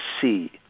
see